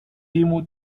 demo